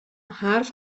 حرف